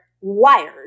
wired